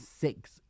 six